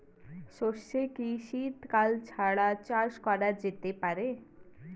সর্ষে কি শীত কাল ছাড়া চাষ করা যেতে পারে?